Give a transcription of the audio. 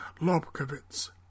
Lobkowitz